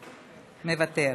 מוותר,